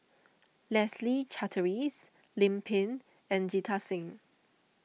Leslie Charteris Lim Pin and Jita Singh